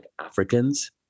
Africans